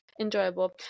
enjoyable